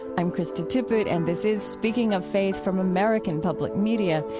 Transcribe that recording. i'm krista tippett, and this is speaking of faith from american public media.